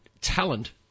talent